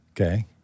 Okay